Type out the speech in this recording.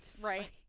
right